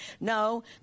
No